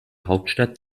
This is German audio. hauptstadt